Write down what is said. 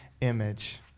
image